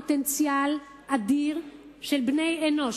פוטנציאל אדיר של בני-אנוש,